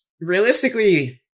Realistically